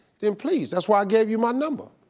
then please that's why i gave you my number.